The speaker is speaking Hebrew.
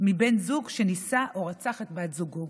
מבן זוג שניסה לרצוח או רצח את בת זוגו.